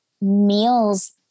meals